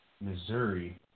Missouri